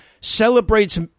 celebrates